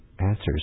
answers